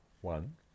One